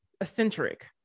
eccentric